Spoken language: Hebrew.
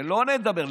שלא נדבר.